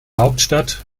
hauptstadt